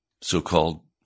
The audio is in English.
so-called